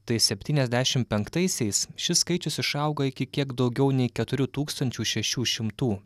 tai septyniasdešimt penktaisiais šis skaičius išaugo iki kiek daugiau nei keturių tūkstančių šešių šimtų